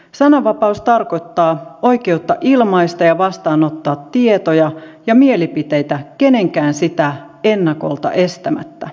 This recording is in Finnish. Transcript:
sananvapaus tarkoittaa oikeutta ilmaista ja vastaanottaa tietoja ja mielipiteitä kenenkään sitä ennakolta estämättä